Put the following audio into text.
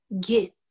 get